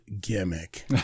gimmick